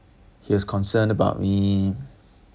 he was concerned about me